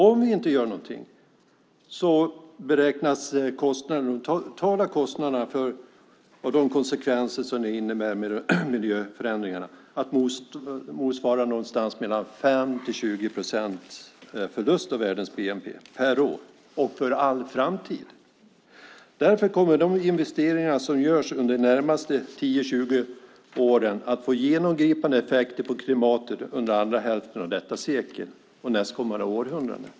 Om vi inte gör någonting beräknas de totala kostnaderna för de konsekvenser som det innebär med miljöförändringarna att motsvara någonstans mellan 5 och 20 procents förlust av världens bnp per år för all framtid. Därför kommer de investeringar som görs under de närmaste 10-20 åren att få genomgripande effekter på klimatet under andra hälften av detta sekel och nästkommande århundrade.